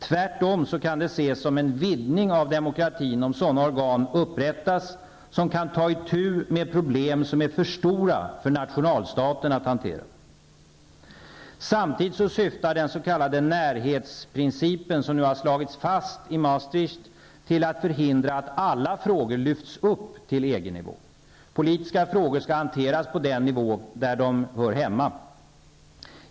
Tvärtom kan det ses som en vidgning av demokratin om sådana organ upprättas som kan ta itu med problem som är för stora för nationalstaten att hantera. Samtidigt syftar den s.k. närhetsprincipen, som nu har slagits fast i Maastricht, till att förhindra att alla frågor lyfts upp till EG-nivå. Politiska frågor skall hanteras på den nivå där de hör hemma.